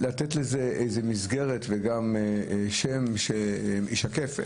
לתת לזה מסגרת וגם שם שישקף